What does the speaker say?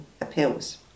appeals